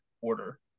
order